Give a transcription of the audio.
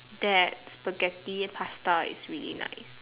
that Spaghetti pasta is really nice